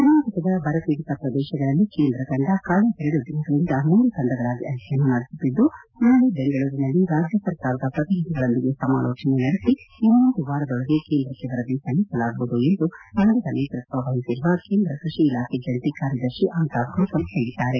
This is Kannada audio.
ಕರ್ನಾಟಕದ ಬರಪೀಡಿತ ಪ್ರದೇಶಗಳಲ್ಲಿ ಕೇಂದ್ರ ತಂಡ ಕಳೆದೆರಡು ದಿನಗಳಂದ ಮೂರು ತಂಡಗಳಾಗಿ ಅಧ್ಯಯನ ನಡೆಸುತ್ತಿದ್ದು ನಾಳೆ ಬೆಂಗಳೂರಿನಲ್ಲಿ ರಾಜ್ಯ ಸರ್ಕಾರದ ಪ್ರತಿನಿಧಿಗಳೊಂದಿಗೆ ಸಮಾಲೋಚನೆ ನಡೆಸಿ ಇನ್ನೊಂದು ವಾರದೊಳಗೆ ಕೇಂದ್ರಕ್ಕೆ ವರದಿ ಸಲ್ಲಿಸಲಾಗುವುದು ಎಂದು ತಂಡದ ನೆಣ್ಳತ್ವ ವಹಿಸುವ ಕೇಂದ್ರ ಕೃಷಿ ಇಲಾವೆ ಜಂಟ ಕಾರ್ಯದರ್ತಿ ಅಮಿತಾಬ್ ಗೌತಮ್ ಹೇಳಿದ್ದಾರೆ